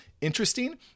interesting